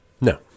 No